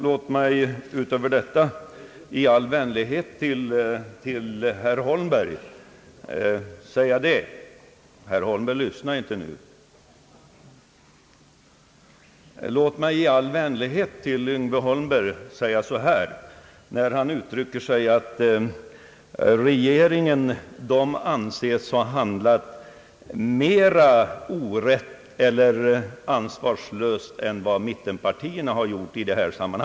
Låt mig utöver detta i all vänlighet säga några ord till herr Holmberg, som uttrycker sig så, att regeringen anses ha handlat mera orätt eller ansvarslöst än vad mittenpartierna har gjort i denna fråga.